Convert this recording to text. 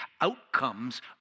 outcomes